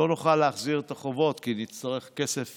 לא נוכל להחזיר את החובות, כי נצטרך כסף